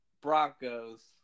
Broncos